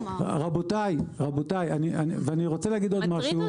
רבותיי, אני רוצה להגיד עוד משהו.